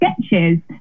sketches